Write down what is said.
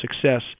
success